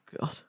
God